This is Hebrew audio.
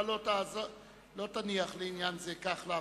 אתה לא תניח לעניין זה כך לעבור.